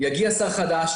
יגיע שר חדש,